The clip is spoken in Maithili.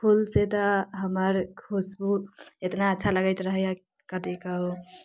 फूल से तऽ हमर खूशबू इतना अच्छा लगैत रहैया कथी कहू